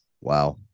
Wow